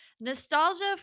Nostalgia